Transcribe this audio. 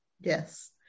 Yes